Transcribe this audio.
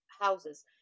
houses